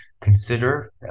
consider